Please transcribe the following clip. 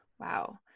Wow